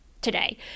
today